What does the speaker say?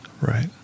Right